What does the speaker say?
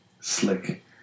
Slick